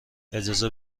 اجازه